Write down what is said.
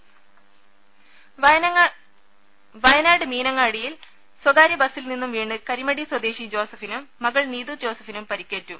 രുമ വയനാട് മീനങ്ങാടിയിൽ സ്വകാര്യ ബസ്സിൽ നിന്നും വീണ് കരിമടി സ്വദേശി ജോസഫിനും മകൾ നീതു ജോസഫിനും പരിക്കേറ്റു